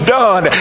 done